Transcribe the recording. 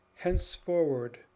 Henceforward